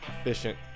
efficient